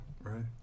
Right